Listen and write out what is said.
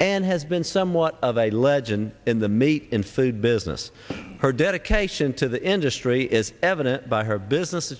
and has been somewhat of a legend in the meet in food business her dedication to the industry is evident by her business